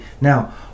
Now